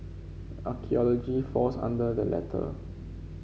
archaeology falls under the latter